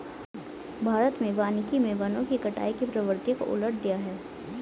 भारत में वानिकी मे वनों की कटाई की प्रवृत्ति को उलट दिया है